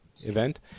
event